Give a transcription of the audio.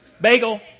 Bagel